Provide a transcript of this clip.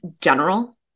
general